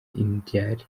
ryari